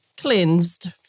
Cleansed